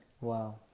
Wow